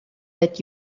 that